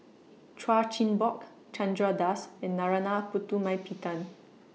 Chan Chin Bock Chandra Das and Narana Putumaippittan